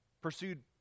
pursued